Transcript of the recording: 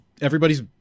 Everybody's